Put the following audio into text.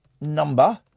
number